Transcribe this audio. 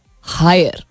higher